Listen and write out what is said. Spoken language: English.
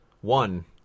One